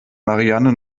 marianne